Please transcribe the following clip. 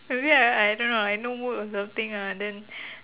maybe I I don't know I no mood or something lah then